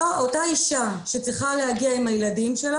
אותה אישה שצריכה להגיע עם הילדים שלה